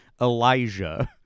Elijah